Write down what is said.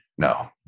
No